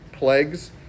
plagues